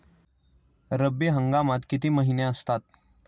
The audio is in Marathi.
रब्बी हंगामात किती महिने असतात?